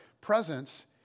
presence